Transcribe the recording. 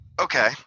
Okay